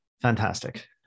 Fantastic